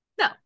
No